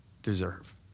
Deserve